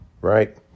right